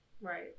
Right